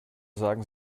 sagen